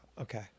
Okay